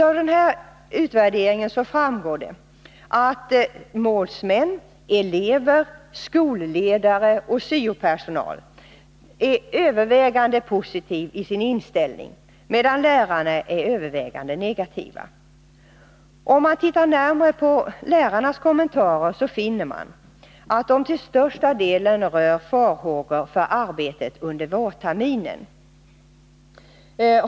Av denna utvärdering framgår att elever, målsmän, skolledare och syo-personal är övervägande positiva i sin inställning, medan lärarna är övervägande negativa. Tittar man närmare på lärarnas kommentarer finner man att de till största delen rör farhågor för arbetet under vårterminen.